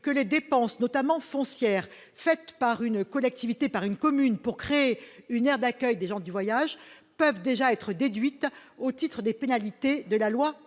que les dépenses, notamment foncières, faites par une commune pour la création d'une aire d'accueil des gens du voyage peuvent déjà être déduites au titre des pénalités de la loi